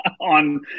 on